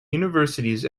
universities